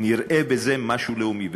נראה בזה משהו לאומי,